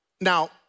Now